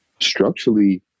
Structurally